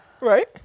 Right